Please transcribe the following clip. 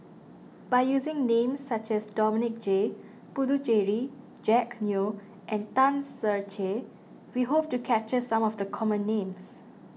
by using names such as Dominic J Puthucheary Jack Neo and Tan Ser Cher we hope to capture some of the common names